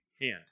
hand